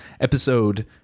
episode